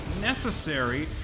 necessary